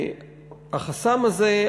והחסם הזה,